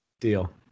Deal